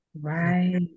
Right